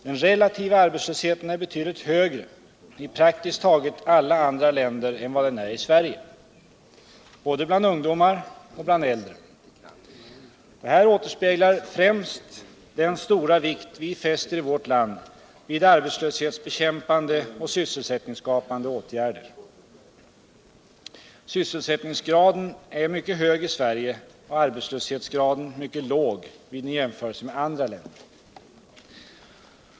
Den relativa arbetslösheten är betydligt högre i praktiskt taget alla andra länder än vad den är i Sverige, både bland ungdomar och bland äldre. Det här återspeglar främst den stora vikt vi fäster i vårt land vid arbetslöshetsbekämpande och sysselsättningsskapande åtgärder. Sysselsättningsgraden är mycket hög i Sverige och arbetslöshetsgraden mycket låg vid en jämförelse med andra länder.